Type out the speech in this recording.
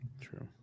True